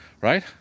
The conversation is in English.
right